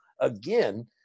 Again